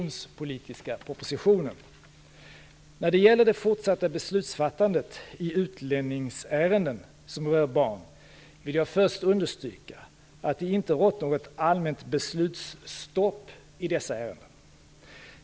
När det gäller det fortsatta beslutsfattandet i utlänningsärenden som rör barn vill jag först understryka att det inte rått något allmänt beslutsstopp i dessa ärenden.